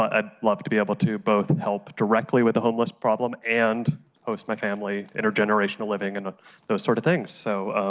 ah i'd love to be able to both help directly with the homeless problem and host my family, intergenerational living and those sort of things. so,